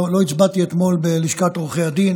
לא הצבעתי אתמול בלשכת עורכי הדין.